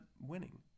winning